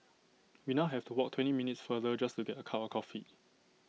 we now have to walk twenty minutes farther just to get A cup of coffee